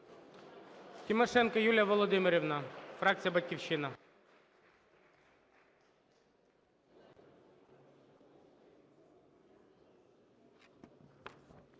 Тимошенко Юлія Володимирівна, фракція "Батьківщина".